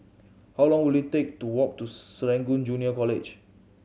how long will it take to walk to Serangoon Junior College